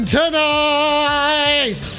tonight